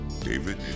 David